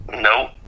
Nope